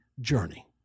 journey